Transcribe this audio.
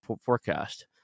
forecast